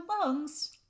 lungs